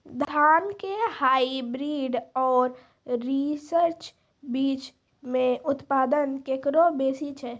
धान के हाईब्रीड और रिसर्च बीज मे उत्पादन केकरो बेसी छै?